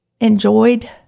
enjoyed